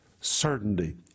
certainty